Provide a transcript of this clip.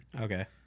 Okay